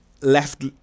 left